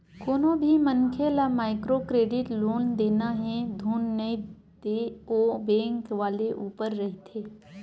कोनो भी मनखे ल माइक्रो क्रेडिट लोन देना हे धुन नइ ते ओ बेंक वाले ऊपर रहिथे